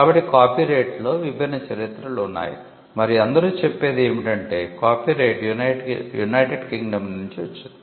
కాబట్టి కాపీరైట్లో విభిన్న చరిత్రలు ఉన్నాయి మరియు అందరూ చెప్పేది ఏమిటంటే కాపీరైట్ యునైటెడ్ కింగ్డమ్ నుండి వచ్చింది